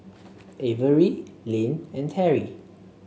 Averie Lynn and Terry